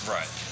Right